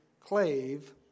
clave